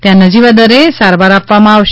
ત્યાં નજીવા દરે સારવાર આપવામાં આવશે